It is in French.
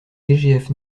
dgf